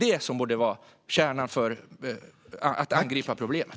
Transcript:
Det borde vara kärnan när man ska angripa problemet.